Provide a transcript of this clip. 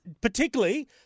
particularly